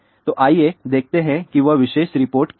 तो आइए देखते हैं कि वह विशेष रिपोर्ट क्या होगी